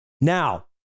Now